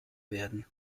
werden